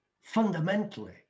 fundamentally